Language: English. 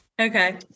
Okay